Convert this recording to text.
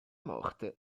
morte